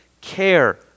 care